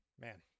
man